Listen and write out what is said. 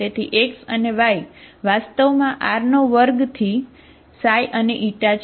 તેથી x અને y વાસ્તવમાં R2 થી ξ અને η છે